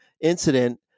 incident